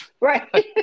Right